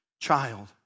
Child